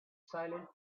silent